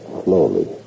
slowly